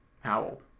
Howell